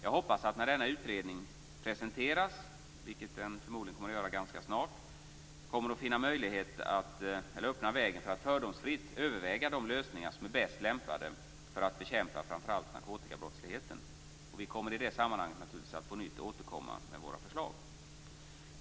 Jag hoppas att det när denna utredning presenteras, vilket förmodligen sker ganska snart, kommer att finnas möjligheter att öppna vägen för ett fördomsfritt övervägande av de lösningar som är bäst lämpade för att bekämpa framför allt narkotikabrottsligheten. Vi kommer i det sammanhanget naturligtvis att på nytt återkomma med våra förslag.